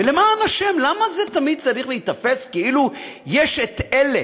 ולמען השם, למה זה תמיד צריך להיתפס כאילו יש אלה